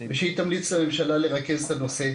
ושהיא תמליץ לממשלה לרכז את הנושא,